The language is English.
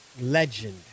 Legend